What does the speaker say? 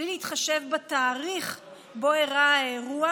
בלי להתחשב בתאריך שבו אירע האירוע